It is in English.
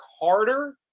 harder